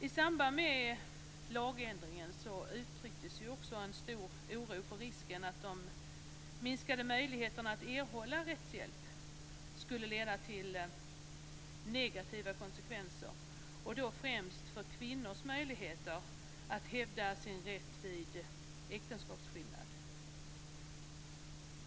I samband med lagändringen uttrycktes också en stor oro för risken att de minskade möjligheterna att erhålla rättshjälp skulle få negativa konsekvenser, främst då för kvinnors möjligheter att hävda sin rätt vid äktenskapsskillnad.